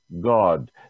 God